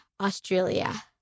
Australia